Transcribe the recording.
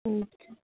अच्छा